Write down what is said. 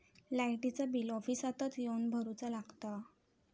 लाईटाचा बिल ऑफिसातच येवन भरुचा लागता?